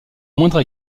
moindre